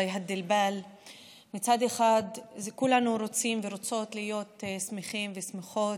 מצד אחד כולנו רוצים ורוצות להיות שמחים ושמחות,